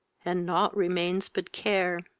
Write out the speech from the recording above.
and nought remains but care.